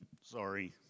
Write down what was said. sorry